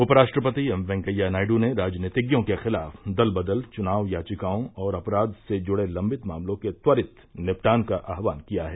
उपराष्ट्रपति एम वेंकैया नायडू ने राजनीतिज्ञों के खिलाफ दल बदल चुनाव याचिकाओं और अपराध से जुड़े लंबित मामलों के त्वरित निपटान का आह्वान किया है